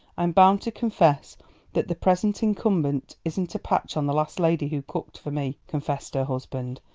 i'm bound to confess that the present incumbent isn't a patch on the last lady who cooked for me, confessed her husband,